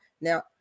Now